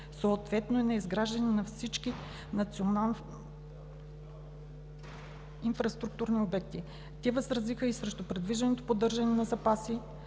съответно и на изграждането на всички национални инфраструктурни обекти. Те възразиха и срещу предвижданото поддържане на запаси